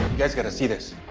guys got to see this.